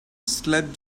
slept